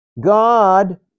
God